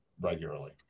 regularly